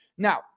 Now